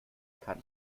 kann